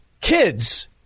kids